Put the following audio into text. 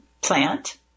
plant